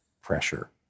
pressure